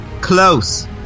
Close